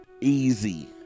Easy